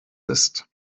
ist